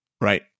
Right